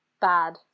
bad